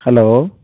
hello